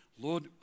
Lord